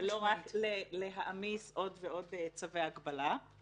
ולא רק להעמיס עוד ועוד צווי הגבלה,